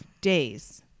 days